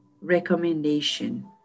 recommendation